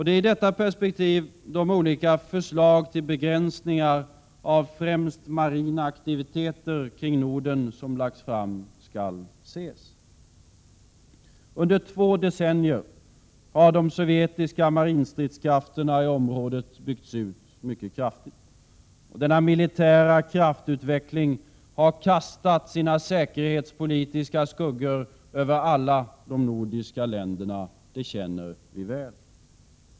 Det är i detta perspektiv de olika förslag till begränsningar av främst marina aktiviter kring Norden som lagts fram skall ses. Under två decennier har de sovjetiska marinstridskrafterna i området byggts ut mycket kraftigt. Denna militära kraftutveckling har kastat sina säkerhetspolitiska skuggor över alla de nordiska länderna — det känner vi väl.